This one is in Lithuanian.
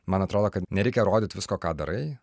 man atrodo kad nereikia rodyt visko ką darai